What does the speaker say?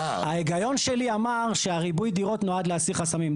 ההיגיון שלי אמר שריבוי הדירות נועד להסיר חסמים.